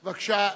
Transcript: בבקשה,